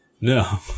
No